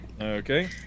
Okay